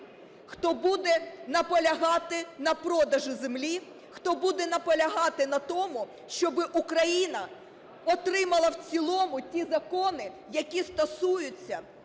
хто буде наполягати на продажі землі, хто буде наполягати на тому, щоб Україна отримала в цілому ті закони, які стосуються,